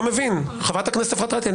חברת הכנסת מרב מיכאלי.